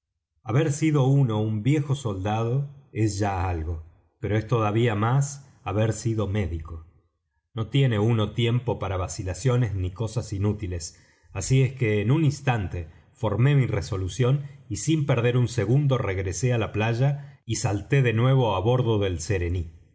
haber sido uno un viejo soldado es ya algo pero es todavía más haber sido médico no tiene uno tiempo para vacilaciones ni cosas inútiles así es que en un instante formé mi resolución y sin perder un segundo regresé á la playa y salté de nuevo á bordo del serení